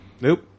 nope